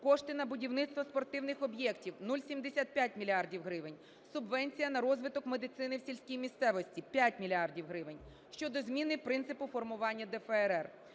кошти на будівництво спортивних об'єктів – 0,75 мільярда гривень, субвенція на розвиток медицини в сільській місцевості – 5 мільярдів гривень. Щодо зміни принципу формування ДФРР.